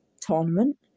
Tournament